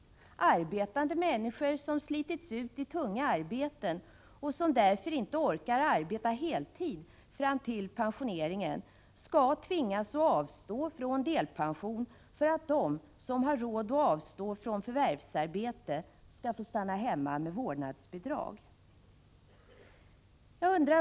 Arbetande människor som slitits ut i tunga arbeten och som därför inte orkar arbeta heltid fram till pensioneringen skall alltså tvingas att avstå från delpension för att de som har råd att avstå från förvärvsarbete skall få stanna hemma med vårdnadsbidrag.